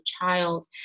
child